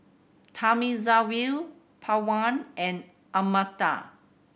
Thamizhavel Pawan and Amartya